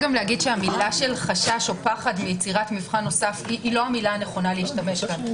המילה של חשש או פחד מיצירת מבחן נוסף היא לא הנכונה המתאימה.